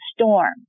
storm